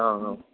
ആ ആ